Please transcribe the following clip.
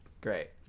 Great